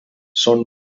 són